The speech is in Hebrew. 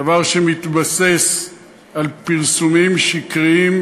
דבר שמתבסס על פרסומים שקריים,